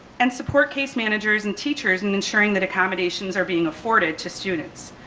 and support case managers and teachers and ensuring that accommodations are being afforded to students.